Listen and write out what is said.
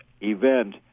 event